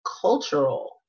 cultural